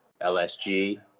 LSG